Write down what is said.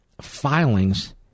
filings